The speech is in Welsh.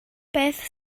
beth